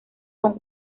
con